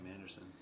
Anderson